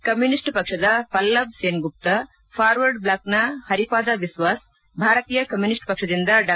communist ಪಕ್ಷದ Pallab Sengupta forward ಬ್ಲಾಕ್ನ ಪರಿಪಾದ ಬಿಸ್ಲಾಸ್ ಭಾರತೀಯ ಕಮ್ಯೂನಿಸ್ಟ್ ಪಕ್ಷದಿಂದ ಡಾ